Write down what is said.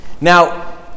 Now